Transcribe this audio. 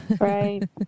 Right